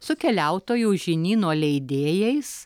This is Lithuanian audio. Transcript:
su keliautojų žinyno leidėjais